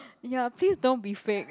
ya please don't be fake